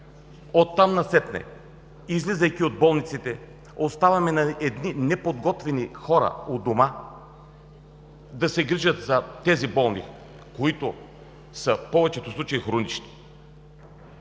От там насетне, излизайки от болниците, оставяме на едни неподготвени хора у дома да се грижат за тези болни, които в повечето случаи са хронични.